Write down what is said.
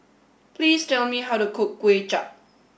please tell me how to cook Kway Chap